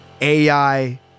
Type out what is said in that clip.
ai